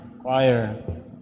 Choir